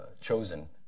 chosen